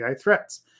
threats